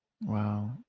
Wow